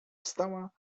wstała